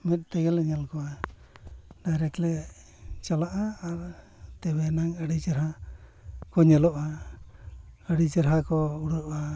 ᱢᱮᱫ ᱛᱮᱜᱮᱞᱮ ᱧᱮᱞ ᱠᱚᱣᱟ ᱰᱟᱭᱨᱮᱠᱴ ᱞᱮ ᱪᱟᱞᱟᱜᱼᱟ ᱟᱨ ᱛᱚᱵᱮᱭᱟᱱᱟᱝ ᱟᱹᱰᱤ ᱪᱮᱦᱨᱟ ᱠᱚ ᱧᱮᱞᱚᱜᱼᱟ ᱟᱹᱰᱤ ᱪᱮᱦᱨᱟ ᱠᱚ ᱩᱰᱟᱹᱜᱼᱟ